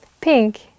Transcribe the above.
Pink